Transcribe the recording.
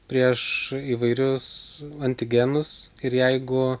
prieš įvairius antigenus ir jeigu